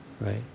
right